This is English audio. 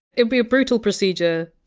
it would be a brutal procedure.